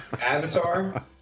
avatar